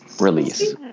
release